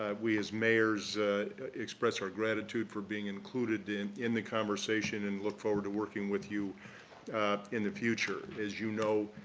ah we as mayors express out gratitude for being included in in the conversation, and look forward to working with you in the future. as you know,